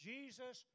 Jesus